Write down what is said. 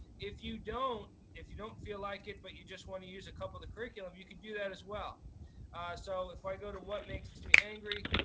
if you don't, if you don't feel like it but you just want to use a couple of curriculum, you can do that as well so if i go to what makes me angry,